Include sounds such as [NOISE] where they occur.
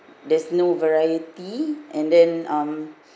there's no variety and then um [BREATH]